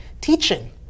Teaching